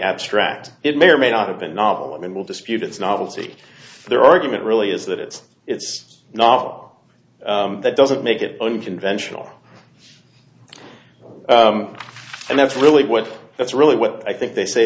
abstract it may or may not have been novel and will dispute its novelty their argument really is that it's it's not up that doesn't make it unconventional and that's really what that's really what i think they say